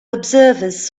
observers